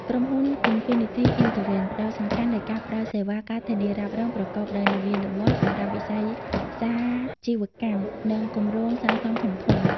ក្រុមហ៊ុន Infinity Insurance ផ្ដោតសំខាន់លើការផ្ដល់សេវា ការធានារ៉ាប់រង ប្រកបដោយនវានុវត្តន៍សម្រាប់វិស័យសាជីវកម្ម និងគម្រោងសាងសង់ធំៗ។